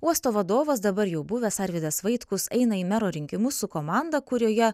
uosto vadovas dabar jau buvęs arvydas vaitkus eina į mero rinkimus su komanda kurioje